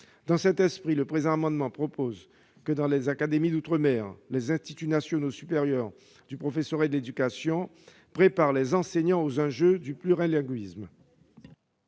Dans cet esprit, le présent amendement vise à ce que les instituts nationaux supérieurs du professorat et de l'éducation préparent les enseignants aux enjeux du plurilinguisme